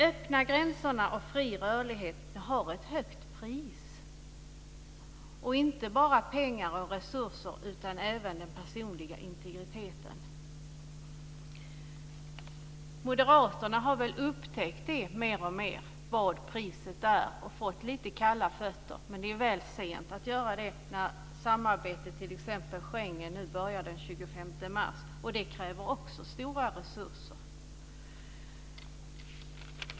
Öppna gränser och fri rörlighet har ett högt pris, inte bara i pengar och resurser utan även när det gäller den personliga integriteten. Moderaterna har väl upptäckt mer och mer vad priset är och fått lite kalla fötter. Men det är väl sent när t.ex. Schengensamarbetet nu börjar den 25 mars. Det kräver också stora resurser.